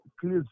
Please